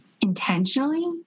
intentionally